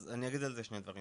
אז אני אגיד על זה שני דברים,